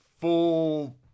full